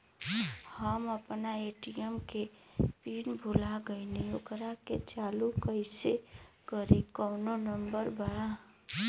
हम अपना ए.टी.एम के पिन भूला गईली ओकरा के चालू कइसे करी कौनो नंबर बा?